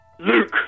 Luke